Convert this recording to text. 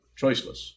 Choiceless